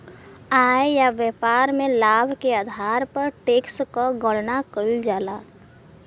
आय या व्यापार में लाभ के आधार पर टैक्स क गणना कइल जाला